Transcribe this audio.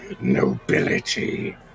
nobility